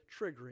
triggering